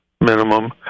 minimum